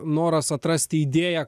noras atrasti idėją